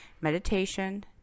meditation